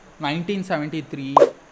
1973